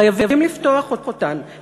חייבים לפתוח אותן,